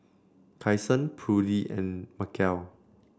Kyson Prudie and Macel